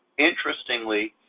interestingly,